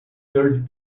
third